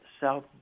South